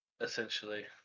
essentially